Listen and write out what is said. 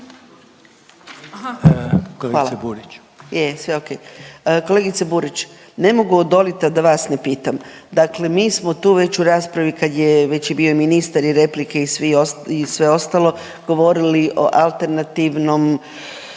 okej. Kolegice Burić, ne mogu odoliti, a da vas ne pitam, dakle mi smo tu već u raspravi kad je već i bio ministar i replike i sve ostalo, govorili o alternativnom